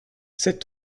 cet